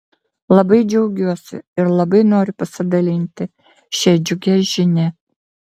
labai džiaugiuosi ir labai noriu pasidalinti šia džiugia žinia